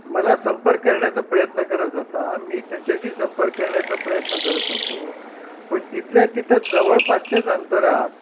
मला संपर्क करण्याचा प्रयत्न करत होता मी त्याच्याशी संपर्क करण्याचा प्रयत्न करत होतो पण तिथल्या तिथं जवळपासच्याच अंतरात